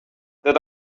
that